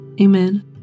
Amen